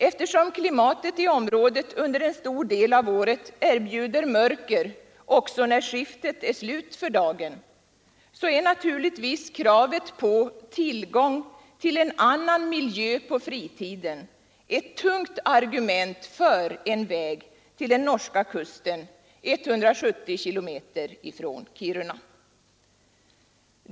Eftersom klimatet i området under en stor del av året erbjuder mörker också när skiftet är slut för dagen, är naturligtvis kravet på tillgång till en annan miljö på fritiden ett tungt argument för en väg till den norska kusten 170 kilometer från Kiruna.